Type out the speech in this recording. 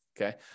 okay